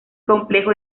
complejo